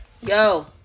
yo